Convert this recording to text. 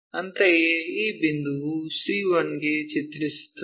ಅಂತೆಯೇ ಈ ಬಿಂದುವು C 1 ಗೆ ಚಿತ್ರಿಸುತ್ತದೆ